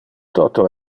toto